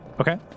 okay